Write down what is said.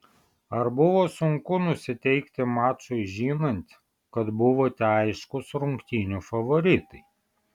ar buvo sunku nusiteikti mačui žinant kad buvote aiškūs rungtynių favoritai